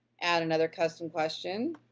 add another custom question.